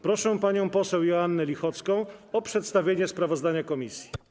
Proszę panią poseł Joannę Lichocką o przedstawienie sprawozdania komisji.